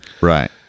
Right